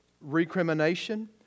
recrimination